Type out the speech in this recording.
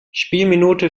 spielminute